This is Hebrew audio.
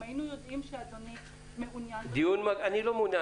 אם היינו יודעים שאדוני מעוניין --- אני לא מעוניין,